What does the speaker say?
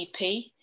EP